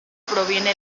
proviene